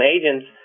agents